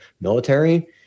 military